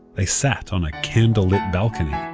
they sat on a candle-lit balcony.